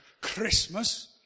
Christmas